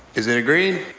is it agreed?